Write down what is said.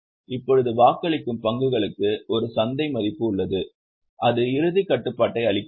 இப்போது வாக்களிக்கும் பங்குகளுக்கு ஒரு சந்தை மதிப்பு உள்ளது அது இறுதி கட்டுப்பாட்டை அளிக்கிறது